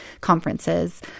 conferences